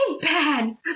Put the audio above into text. bad